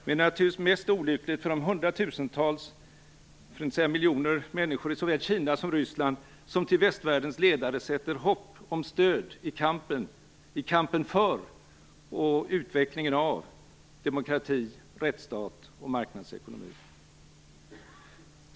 Men det är naturligtvis mest olyckligt för de hundratusentals - för att inte säga miljoner - människor i såväl Kina som Ryssland som sätter hopp till västvärldens ledare om stöd i kampen för och utvecklingen av demokrati, rättsstat och marknadsekonomi.